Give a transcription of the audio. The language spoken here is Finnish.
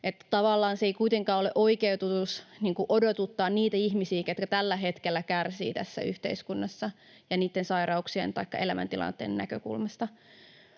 tavallaan se ei kuitenkaan ole oikeutus odotuttaa niitä ihmisiä, ketkä tällä hetkellä kärsivät tässä yhteiskunnassa niitten sairauksien taikka elämäntilanteen näkökulmasta.